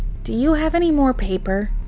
do you have any more paper?